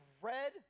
red